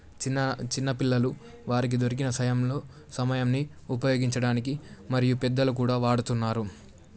చిన్న చిన్నపిల్లలు వారికి దొరికిన సయంలో సమయాన్ని ఉపయోగించడానికి మరియు పెద్దలు కూడా వాడుతున్నారు